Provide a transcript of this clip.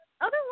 otherwise